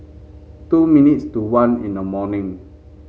two minutes to one in the morning